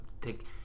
take